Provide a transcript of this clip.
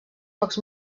pocs